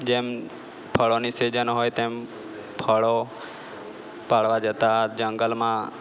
જેમ ફળોની સિઝન હોય તેમ ફળો પાડવા જતા જંગલમાં